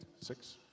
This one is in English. Six